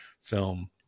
film